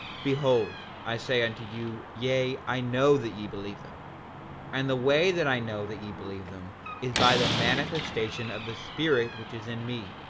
behold, i say unto you, yea, i know that ye believe them and the way that i know that ye believe them is by the manifestation of the spirit which is in me.